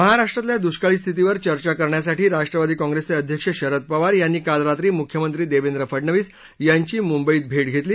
महाराष्ट्रातल्या दृष्काळी स्थितीवर चर्चा करण्यासाठी राष्ट्रवादी काँग्रेसचे अध्यक्ष शरद पवार यांनी काल रात्री मुख्यमंत्री देवेंद्र फडनवीस यांची मुंबईत भेट घेतली